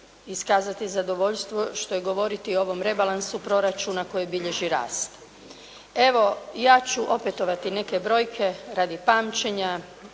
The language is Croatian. iskazati zadovoljstvo što je govoriti o ovom rebalansu proračuna koji bilježi rast. Evo, ja ću opetovati neke brojke radi pamćenja